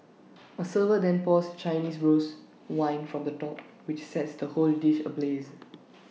A server then pours Chinese rose wine from the top which sets the whole dish ablaze